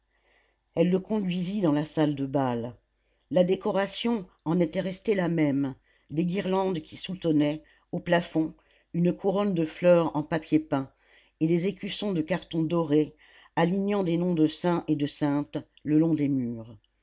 elle le conduisit dans la salle de bal la décoration en était restée la même des guirlandes qui soutenaient au plafond une couronne de fleurs en papier peint et des écussons de carton doré alignant des noms de saints et de saintes le long des murs